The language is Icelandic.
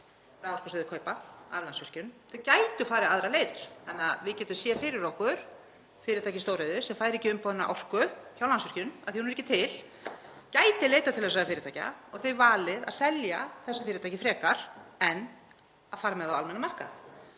Þau gætu farið aðrar leiðir. Þannig að við getum séð fyrir okkur fyrirtæki í stóriðju sem fær ekki umbeðna orku hjá Landsvirkjun af því að hún er ekki til. Það gæti leitað til þessara fyrirtækja og þau valið að selja þessu fyrirtæki frekar en að fara með það á almennan markað.